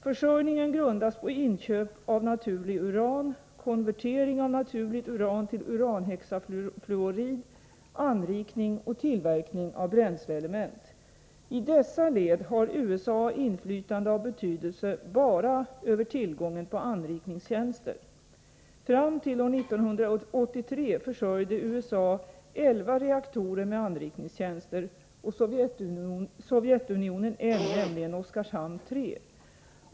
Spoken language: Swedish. Försörjningen grundas på inköp av naturligt uran, konvertering av naturligt uran till uranhexafluorid, anrikning och tillverkning av bränsleelement. I dessa led har USA inflytande av betydelse bara över tillgången på anrikningstjänster. Fram till år 1983 försörjde USA elva reaktorer med anrikningstjänster och Sovjetunionen en, nämligen Oskarshamn 3.